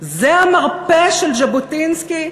זה המרפא של ז'בוטינסקי,